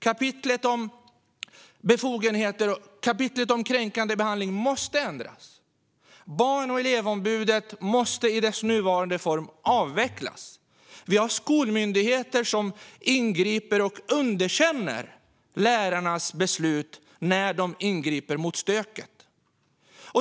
Kapitlet om kränkande behandling måste ändras. Barn och elevombudet i dess nuvarande form måste avvecklas. Vi har skolmyndigheter som ingriper och underkänner lärarnas beslut när de vill ingripa mot stöket.